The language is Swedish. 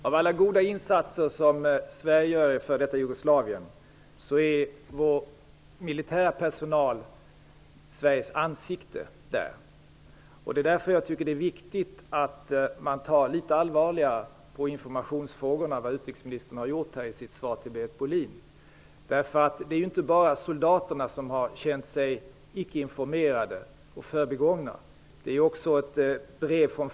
Fru talman! Vid alla goda insatser som Sverige gör i f.d. Jugoslavien är vår militära personal Sveriges ansikte där. Det är därför som jag tycker att det är viktigt att man tar litet allvarligare på informationsfrågorna än vad utrikesministern har gjort i sitt svar till Britt Bohlin. Det är inte bara soldaterna som har känt sig icke informerade och förbigångna.